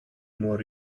more